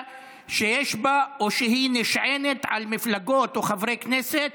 שיש בה או שהיא נשענת על מפלגות או חברי כנסת